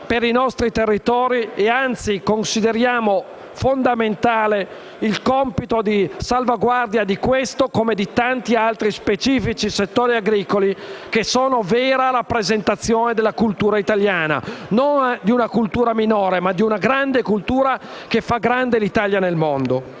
per i nostri territori, e anzi consideriamo fondamentale il compito di salvaguardia di questo come di tanti altri specifici settori agricoli che sono vera rappresentazione della cultura italiana; non di una cultura minore ma di una grande cultura che fa grande l'Italia nel mondo.